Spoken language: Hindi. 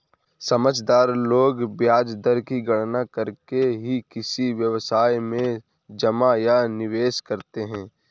समझदार लोग ब्याज दर की गणना करके ही किसी व्यवसाय में जमा या निवेश करते हैं